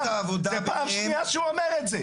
זה פעם שנייה שהוא אומר את זה.